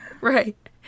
Right